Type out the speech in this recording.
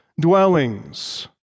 dwellings